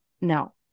No